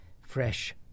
fresh